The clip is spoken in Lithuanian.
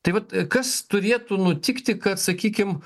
tai vat kas turėtų nutikti kad sakykim